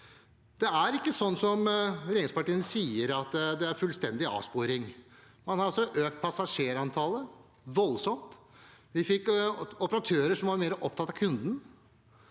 Det er ikke sånn som regjeringspartiene sier, at det er en fullstendig avsporing. Man har altså økt passasjerantallet noe voldsomt. Vi fikk operatører som var mer opptatt av kundene